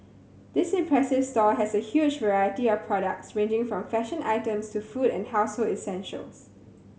this impressive store has a huge variety of products ranging from fashion items to food and household essentials